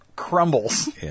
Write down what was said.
crumbles